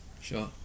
Sure